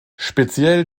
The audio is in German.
speziell